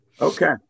Okay